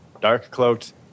dark-cloaked